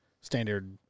standard